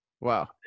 Wow